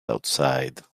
outside